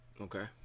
Okay